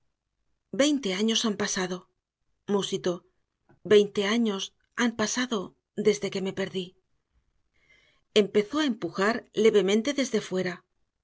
veinte años han pasado musitó veinte años han pasado desde que me perdí empezó a empujar levemente desde fuera